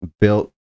built